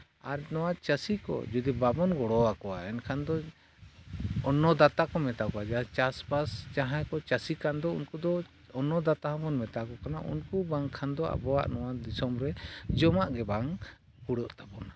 ᱟᱨ ᱱᱚᱣᱟ ᱪᱟᱹᱥᱤ ᱠᱚ ᱡᱩᱫᱤ ᱵᱟᱵᱚᱱ ᱜᱚᱲᱚᱣᱟᱠᱚᱣᱟ ᱮᱱᱠᱷᱟᱱ ᱫᱚ ᱚᱱᱱᱚ ᱫᱟᱛᱟ ᱠᱚ ᱢᱮᱛᱟᱣᱟᱠᱚᱣᱟ ᱡᱟᱦᱟᱸᱭ ᱪᱟᱥᱵᱟᱥ ᱡᱟᱦᱟᱸᱭ ᱠᱚ ᱪᱟᱹᱥᱤ ᱠᱟᱱᱫᱚ ᱩᱱᱠᱩ ᱫᱚ ᱚᱱᱱᱚ ᱫᱟᱛᱟ ᱦᱚᱸᱵᱚᱱ ᱢᱮᱛᱟᱣᱟᱠᱚ ᱠᱟᱱᱟ ᱩᱱᱠᱩ ᱟᱝᱠᱷᱟᱱ ᱫᱚ ᱟᱵᱚᱣᱟᱜ ᱱᱚᱣᱟ ᱫᱤᱥᱚᱢ ᱨᱮ ᱡᱚᱢᱟᱜ ᱜᱮ ᱵᱟᱝ ᱠᱩᱲᱟᱹᱜ ᱛᱟᱵᱚᱱᱟ